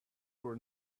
were